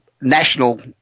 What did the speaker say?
national